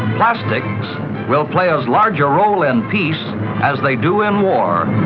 plastics will play as large a role in peace as they do in war.